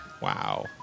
Wow